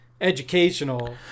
educational